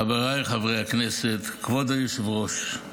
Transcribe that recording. חבריי חברי הכנסת, כבוד היושב-ראש,